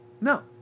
No